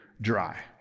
dry